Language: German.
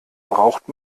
braucht